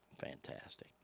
Fantastic